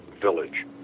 village